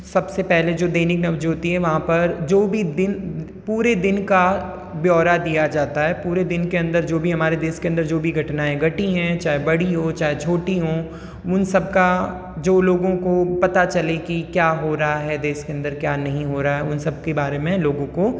सबसे पहले जो दैनिक नवज्योति है वहाँ पर जो भी दिन पूरे दिन का ब्यौरा दिया जाता है पूरे दिन के अंदर जो भी हमारे देश के अंदर जो भी घटनाएँ घटी हैं चाहे बड़ी हो चाहे छोटी हों उन सब का जो लोगों को पता चले कि क्या हो रहा है देश के अंदर क्या नहीं हो रहा है उन सबके बारे में लोगों को